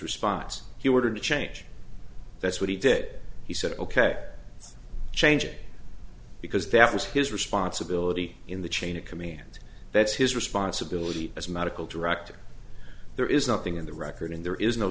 response you were to change that's what he did he said ok change it because that was his responsibility in the chain of command that's his responsibility as medical director there is nothing in the record in there is no